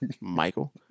Michael